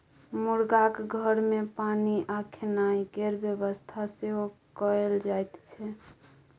मुरगाक घर मे पानि आ खेनाइ केर बेबस्था सेहो कएल जाइत छै